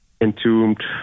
Entombed